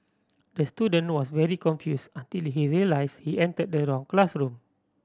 the student was very confused until he realised he entered the wrong classroom